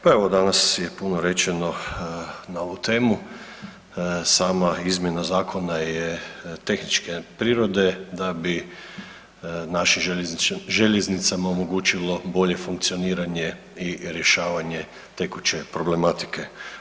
Pa evo danas je puno rečeno na ovu temu, sama izmjena zakona je tehničke prirode da bi našim željeznicama omogućilo bolje funkcioniranje i rješavanje tekuće problematike.